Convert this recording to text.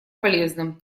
полезным